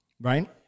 right